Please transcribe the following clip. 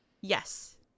Yes